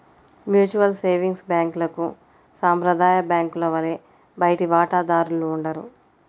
mutual savings బ్యాంక్లకు సాంప్రదాయ బ్యాంకుల వలె బయటి వాటాదారులు ఉండరు